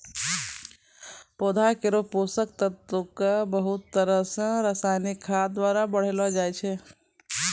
पौधा केरो पोषक तत्व क बहुत तरह सें रासायनिक खाद द्वारा बढ़ैलो जाय छै